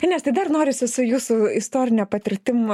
ernestai dar norisi su jūsų istorine patirtim